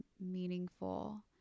meaningful